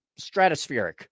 stratospheric